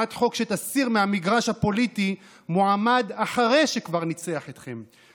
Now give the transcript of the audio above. הצעת חוק שתסיר מהמגרש הפוליטי מועמד אחרי שכבר ניצח אתכם.